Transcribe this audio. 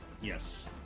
Yes